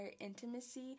intimacy